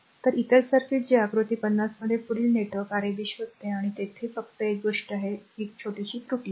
तर इतर सर्किट जे आकृती 50 मध्ये पुढील नेटवर्क Rab शोधते आणि I येथे फक्त एक गोष्ट आहे येथे एक छोटीशी त्रुटी आहे